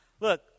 look